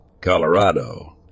Colorado